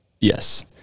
Yes